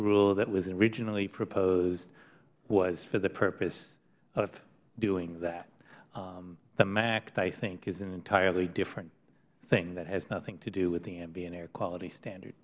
rule that was originally proposed was for the purpose of doing that the mact i think is an entirely different thing that has nothing to do with the ambient air quality standard